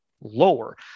lower